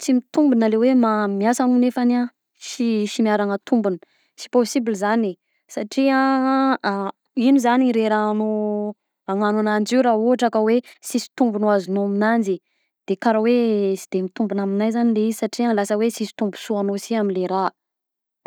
Tsy mitombina le hoe ma- miasa hono nefany sy sy miaragna tombony, sy possible zany e, satria igno zagny le rahanao agnagno ananjy io raha ohatra ka hoe sisy tombony ho azonao amignanjy e, de karaha hoe sy de mitombina aminahy zany le izy satria lasa hoe sisy tombosoa ho anao si am'le raha.